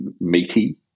meaty